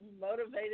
Motivated